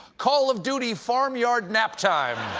call of duty farmyard nap time.